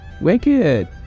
Wicked